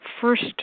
first